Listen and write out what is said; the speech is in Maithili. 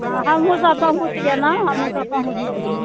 हँ हमहुँ सब पहुँच गेलहुँ हमहुँ सब पहुँच गेलहुँ